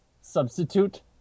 Substitute